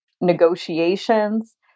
negotiations